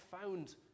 found